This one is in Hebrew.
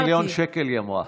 300 מיליון שקל, היא אמרה.